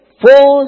four